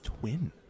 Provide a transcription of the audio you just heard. twin